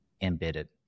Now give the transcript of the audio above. embedded